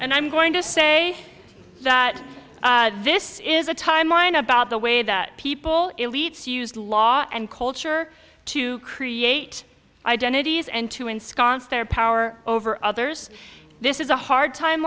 and i'm going to say that this is a timeline about the way that people elites used law and culture to create identities and to ensconce their power over others this is a hard time